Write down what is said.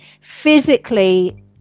physically